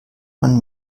man